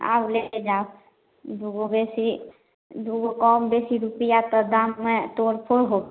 आउ लऽ जाएब दुइगो बेसी दुइगो कम बेसी रुपैआ तऽ दाममे तोड़ फोड़ होबे